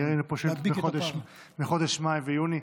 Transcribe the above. ראינו שיש מחודשים מאי ויוני.